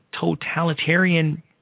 totalitarian